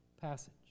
passage